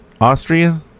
Austria